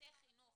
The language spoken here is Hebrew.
בתי חינוך.